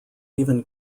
even